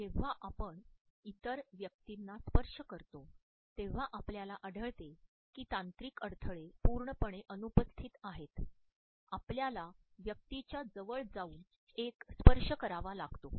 जेव्हा आपण इतर व्यक्तींना स्पर्श करतो तेव्हा आपल्याला आढळते की तांत्रिक अडथळे पूर्णपणे अनुपस्थित आहेत आपल्याला व्यक्तीच्या जवळ जाऊन एक स्पर्श करावा लागतो